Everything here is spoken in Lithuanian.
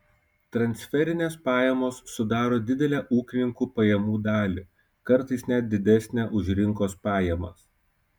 transferinės pajamos sudaro didelę ūkininkų pajamų dalį kartais net didesnę už rinkos pajamas